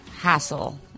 Hassle